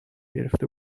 گرفته